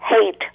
hate